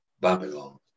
babylon